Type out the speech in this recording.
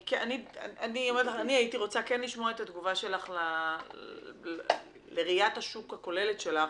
אני כן הייתי רוצה לשמוע את העמדה שלך לראיית השוק הכוללת שלך